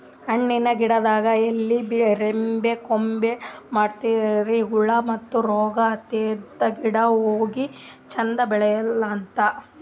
ಹಣ್ಣಿನ್ ಗಿಡದ್ ಎಲಿ ರೆಂಬೆ ಕಟ್ ಮಾಡದ್ರಿನ್ದ ಹುಳ ಮತ್ತ್ ರೋಗ್ ಹತ್ತಿದ್ ಗಿಡ ಹೋಗಿ ಚಂದ್ ಬೆಳಿಲಂತ್